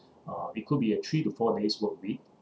uh it could be a three to four days work week